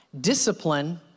Discipline